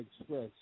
express